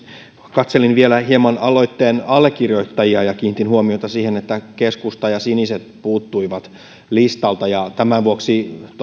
katselin vielä hieman aloitteen allekirjoittajia ja kiinnitin huomiota siihen että keskusta ja siniset puuttuivat listalta tämän vuoksi